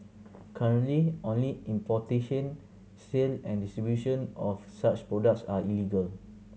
currently only importation sale and distribution of such products are illegal